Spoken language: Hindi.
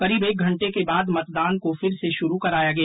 करीब एक घंटे के बाद मतदान को फिर से शुरु कराया गया